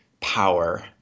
power